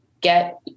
get